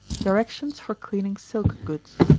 directions for cleaning silk goods.